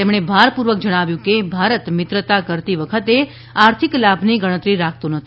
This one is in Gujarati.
તેમણે ભારપૂર્વક જણાવ્યું હતું કે ભારત મિત્રતા કરતી વખતે આર્થિક લાભની ગણતરી રાખતો નથી